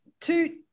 two